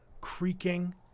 creaking